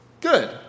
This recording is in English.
Good